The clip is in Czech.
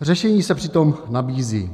Řešení se přitom nabízí.